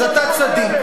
אז אתה צדיק.